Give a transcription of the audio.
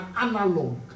analog